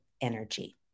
energy